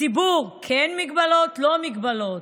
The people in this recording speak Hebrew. הציבור, כן מגבלות, לא מגבלות,